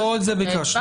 לא את זה ביקשנו.